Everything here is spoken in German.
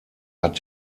hat